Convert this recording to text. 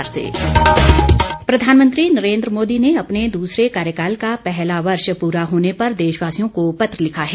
प्रधानमंत्री पत्र प्रधानमंत्री नरेन्द्र मोदी ने अपने दूसरे कार्यकाल का पहला वर्ष पूरा होने पर देशवासियों को पत्र लिखा है